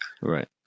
right